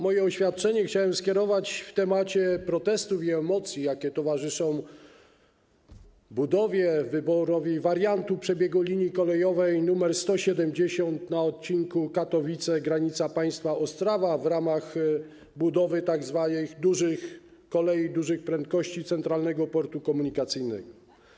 Moje oświadczenie chciałem poświęcić tematowi protestów i emocjom, jakie towarzyszą wyborowi wariantu przebiegu linii kolejowej nr 170 na odcinku Katowice - granica państwa - Ostrawa w ramach budowy tzw. kolei dużych prędkości, Centralnego Portu Komunikacyjnego.